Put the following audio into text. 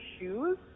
shoes